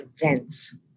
events